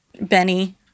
Benny